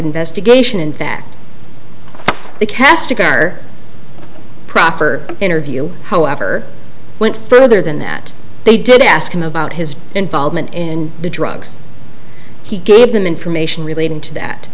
investigation and that the cast of our proffer interview however went further than that they did ask him about his involvement in the drugs he gave them information relating to that